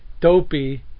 dopey